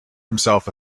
himself